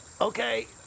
Okay